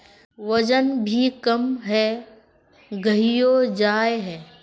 वजन भी कम है गहिये जाय है?